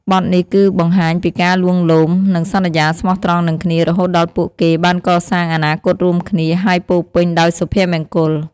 បទនេះគឺបង្ហាញពីការលួងលោម និងសន្យាស្មោះត្រង់នឹងគ្នា រហូតដល់ពួកគេបានកសាងអនាគតរួមគ្នា ហើយពោរពេញដោយសុភមង្គល។